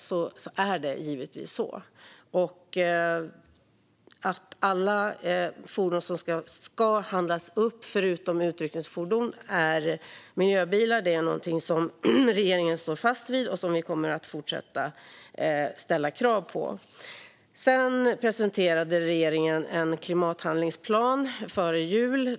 Det är givetvis så. Att alla fordon som handlas upp, förutom utryckningsfordon, ska vara miljöbilar är något som vi i regeringen står fast vid och som vi kommer att fortsätta att ställa krav på. Regeringen presenterade en klimathandlingsplan före jul.